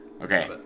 okay